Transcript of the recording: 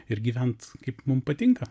ir gyvent kaip mum patinka